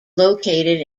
located